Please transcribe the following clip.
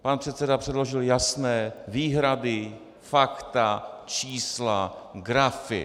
Pan předseda předložil jasné výhrady, fakta, čísla, grafy.